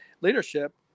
leadership